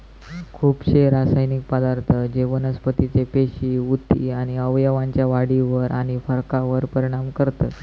खुपशे रासायनिक पदार्थ जे वनस्पतीचे पेशी, उती आणि अवयवांच्या वाढीवर आणि फरकावर परिणाम करतत